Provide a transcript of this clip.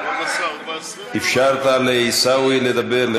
לא, כבוד השר, בבקשה, אתה אפשרת לעיסאווי לדבר.